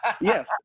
Yes